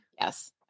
yes